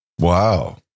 Wow